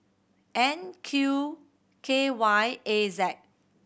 N Q K Y A